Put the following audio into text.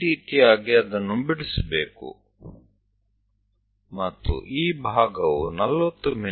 ಈ ರೀತಿಯಾಗಿ ಅದನ್ನು ಬಿಡಿಸಬೇಕು ಮತ್ತು ಈ ಭಾಗವು 40 ಮಿ